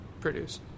produce